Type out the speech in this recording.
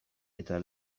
eta